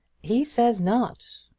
he says not.